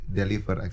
deliver